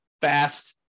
fast